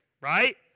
right